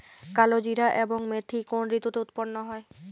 কালোজিরা এবং মেথি কোন ঋতুতে উৎপন্ন হয়?